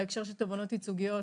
בהקשר של תובענות ייצוגיות,